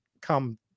come